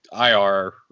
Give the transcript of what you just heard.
IR